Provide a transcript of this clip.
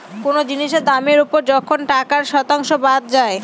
কোনো জিনিসের দামের ওপর যখন একটা টাকার শতাংশ বাদ যায়